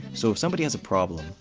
so if somebody has a problem,